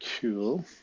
Cool